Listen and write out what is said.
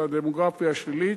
לדמוגרפיה השלילית,